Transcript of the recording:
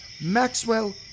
Maxwell